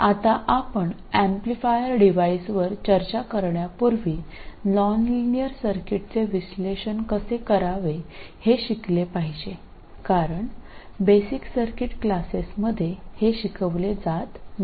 आता आपण एम्प्लिफायर डिव्हाइसवर चर्चा करण्यापूर्वी नॉनलिनियर सर्किट्सचे विश्लेषण कसे करावे हे शिकले पाहिजे कारण बेसिक सर्किट क्लासेसमध्ये हे शिकवले जात नाही